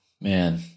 man